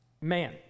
man